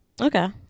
Okay